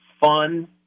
fun